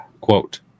Quote